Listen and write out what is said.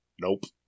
Nope